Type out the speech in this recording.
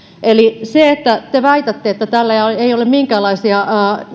eli se kun te väitätte että tällä ei ole minkäänlaisia